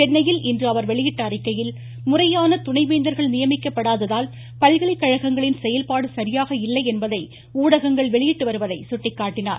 சென்னையில் இன்று அவர் வெளியிட்ட அறிக்கையில் முறையான துணைவேந்தர்கள் நியமிக்கப்படாததால் பல்கலைக்கழகங்களின் செயல்பாடு சரியாக இல்லை என்பதை ஊடகங்கள் வெளியிட்டு வருவதை சுட்டிக்காட்டினார்